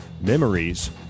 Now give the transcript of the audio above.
memories